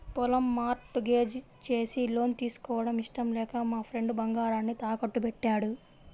పొలం mortgage చేసి loan తీసుకోవడం ఇష్టం లేక మా ఫ్రెండు బంగారాన్ని తాకట్టుబెట్టాడు